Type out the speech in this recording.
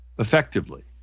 Effectively